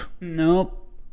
Nope